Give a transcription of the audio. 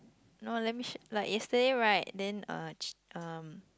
no let me sh~ like yesterday right then uh ch~ um